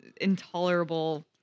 Intolerable